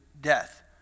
death